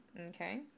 Okay